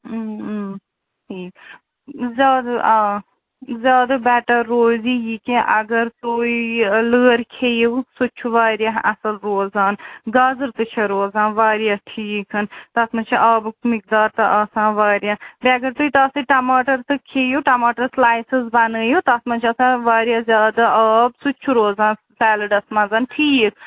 ٹھیٖک زیادٕ آ زیادٕ بیٹَر روزِ یہِ کیٚنٛہہ اگر تُہۍ لٲر کھیٚیِو سُہ تہِ چھُ واریاہ اَصٕل روزان گازٕر تہِ چھےٚ روزان واریاہ ٹھیٖک تَتھ منٛز چھِ آبُک مٮ۪قدار تہِ آسان واریاہ بیٚیہِ اگر تُہۍ تَتھ سۭتۍ ٹماٹَر تہٕ کھیٚیِو ٹماٹَر سلایسٕز بَنٲوِو تَتھ منٛز چھِ آسان واریاہ زیادٕ آب سُہ تہِ چھُ روزان سیلٕڈَس منٛز ٹھیٖک